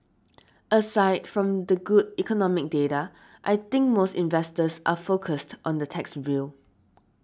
aside from the good economic data I think most investors are focused on the tax bill